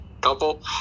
couple